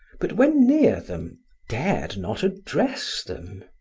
but when near them dared not address them.